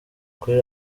kuri